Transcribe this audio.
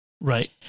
Right